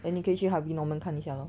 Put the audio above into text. then 你可以去 Harvey Norman 看一下 lor